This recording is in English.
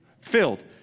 Filled